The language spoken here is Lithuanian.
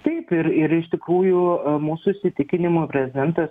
taip ir ir iš tikrųjų mūsų įsitikinimu prezidentas